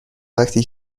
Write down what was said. وقتی